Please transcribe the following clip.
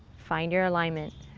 find your alignment,